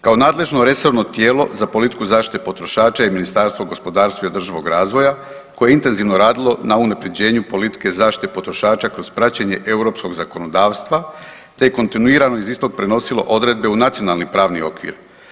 Kao nadležno resorno tijelo za politiku zaštite potrošača je Ministarstvo gospodarstva i održivog razvoja koje je intenzivno radilo na unapređenju politike zaštite potrošača kroz praćenje europskog zakonodavstva te kontinuirano iz istog prenosilo odredbe u nacionalni pravni okvir.